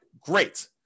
great